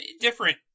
different